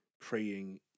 praying